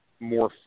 more